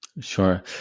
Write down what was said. Sure